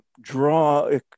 draw